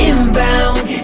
Inbound